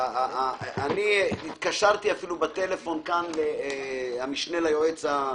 אני התקשרתי אפילו בטלפון כאן למשנה ליועץ המשפטי,